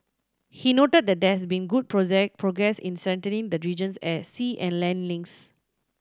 he noted that there has been good progress in strengthening the region's air sea and land links